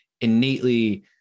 innately